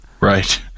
Right